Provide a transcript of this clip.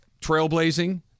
trailblazing